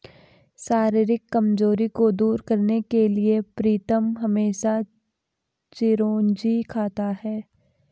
शारीरिक कमजोरी को दूर करने के लिए प्रीतम हमेशा चिरौंजी खाता है